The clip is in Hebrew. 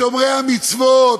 בשומרי המצוות,